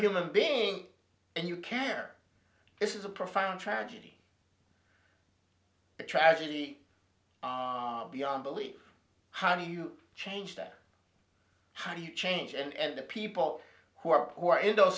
human being and you care this is a profound tragedy a tragedy beyond belief how do you change there how do you change and the people who are poor in those